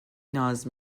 ناز